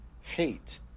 hate